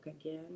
again